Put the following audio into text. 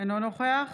אינו נוכח